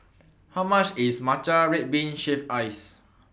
How much IS Matcha Red Bean Shaved Ice